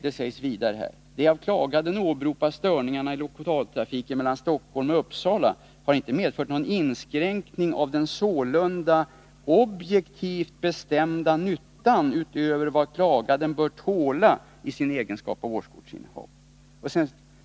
Det sägs vidare i brevet: ”De av klaganden åberopade störningarna i lokaltrafiken mellan Stockholm och Uppsala har inte medfört någon inskränkning av den sålunda objektivt bestämda nyttan utöver vad klaganden bör tåla i sin egenskap av årskortsinnehavare.